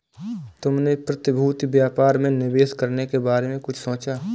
तुमने प्रतिभूति व्यापार में निवेश करने के बारे में कुछ सोचा?